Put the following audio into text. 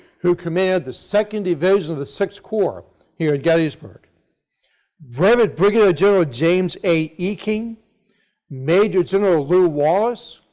who commanded the second division of the sixth corps here at gettysburg brevet brigadier general james a. eking major general lew wallace,